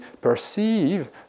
perceive